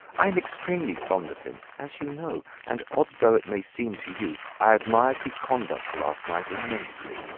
i am extremely fond of him, as you know, and odd though it may seem to you, i admired his conduct last night immensely.